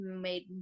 made